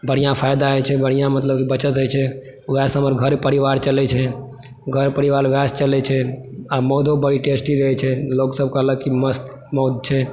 बढ़िऑं फ़ायदा होइ छै बढ़िऑं मतलब बचत होइ छै वएहसॅं हमर घर परिवार चलै छै घर परिवार वएहसॅं चलै छै आ मौधो बड़ी टेस्टी रहै छै लोक सब कहलक की मस्त मौध छै